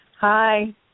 Hi